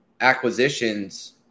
acquisitions